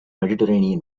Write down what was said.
mediterranean